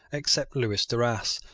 except lewis duras,